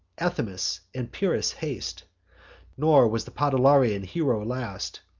athamas, and pyrrhus haste nor was the podalirian hero last,